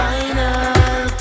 Final